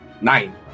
Nine